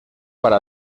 para